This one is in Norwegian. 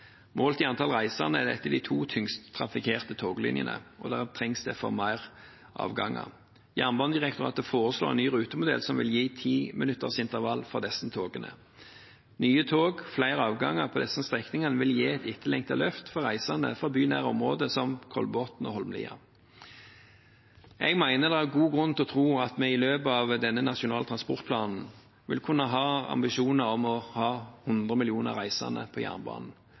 Målt i antall reisende er dette de to tyngst trafikkerte toglinjene, og det trengs derfor flere avganger. Jernbanedirektoratet foreslår en ny rutemodell som vil gi timinuttersintervall for disse togene. Nye tog og flere avganger på disse strekningene vil gi et etterlengtet løft for reisende fra bynære områder som Kolbotn og Holmlia. Jeg mener det er god grunn til å tro at vi i løpet av denne nasjonale transportplanen vil kunne ha ambisjoner om 100 millioner reisende på jernbanen.